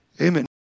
Amen